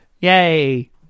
Yay